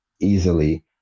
easily